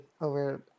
over